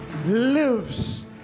lives